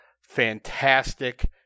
fantastic